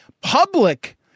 public